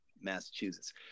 massachusetts